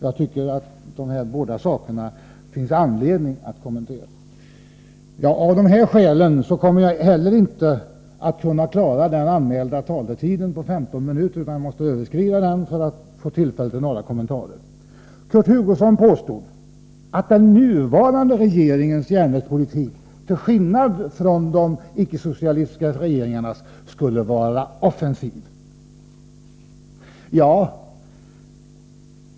Jag har tyckt att det finns anledning att kommentera dessa båda saker. Av dessa skäl kommer jag inte heller att kunna hålla mig inom den anmälda taletiden på 15 minuter utan måste överskrida den för att göra några kommentarer. Kurt Hugosson påstod att den nuvarande regeringens järnvägspolitik, till skillnad från de icke-socialistiska regeringarnas, skulle vara offensiv.